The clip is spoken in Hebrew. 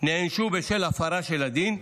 נענשו בשל הפרה של הדין,